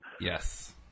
Yes